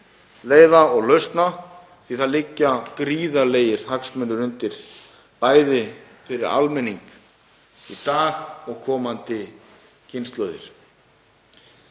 leiða og lausna því að það liggja gríðarlegir hagsmunir undir, bæði fyrir almenning í dag og komandi kynslóðir.